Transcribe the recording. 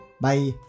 bye